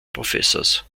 professors